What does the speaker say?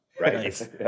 right